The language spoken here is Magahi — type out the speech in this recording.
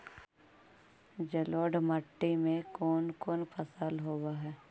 जलोढ़ मट्टी में कोन कोन फसल होब है?